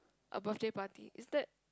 a birthday party is that